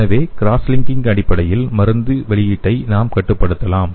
எனவே cross linking அடிப்படையில் மருந்தின் வெளியீட்டை நாம் கட்டுப்படுத்தலாம்